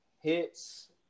Hits